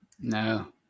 No